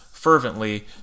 Fervently